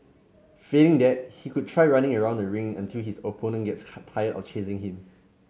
failing that he could try running around the ring until his opponent gets tired of chasing him